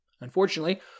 Unfortunately